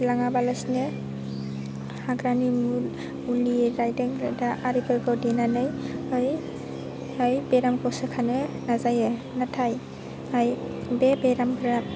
लाङाबालासिनो हाग्रानि मुलि राइदों रायदा आरिफोरखौ देनानै ओमफ्राय बेरामखौ सोखानो नाजायो नाथाय बे बेरामफोरा